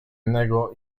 innego